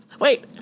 Wait